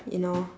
you know